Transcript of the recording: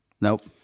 Nope